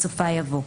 בסופה יבוא: